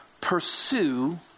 pursue